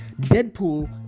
Deadpool